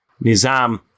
Nizam